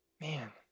man